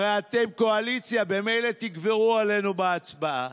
הרי אתם קואליציה, ממילא תגברו עלינו בהצבעה.